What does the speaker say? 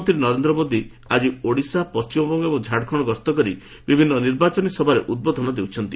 ପ୍ରଧାନମନ୍ତ୍ରୀ ନରେନ୍ଦ୍ର ମୋଦି ଓଡ଼ିଶା ପଣ୍ଠିମବଙ୍ଗ ଏବଂ ଝାଡ଼ଖଣ୍ଡ ଗସ୍ତ କରି ବିଭିନ୍ନ ନିର୍ବାଚନୀ ସଭାରେ ଉଦ୍ବୋଧନ ଦେଇଛନ୍ତି